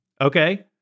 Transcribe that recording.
Okay